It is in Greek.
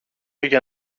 για